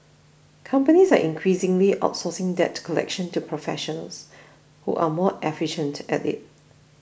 companies are increasingly outsourcing debt collection to professionals who are more efficient at it